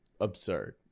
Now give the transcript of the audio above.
absurd